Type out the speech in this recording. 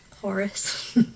Horace